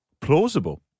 plausible